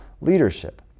leadership